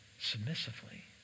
submissively